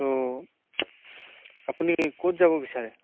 ত' আপুনি ক'ত যাব বিচাৰে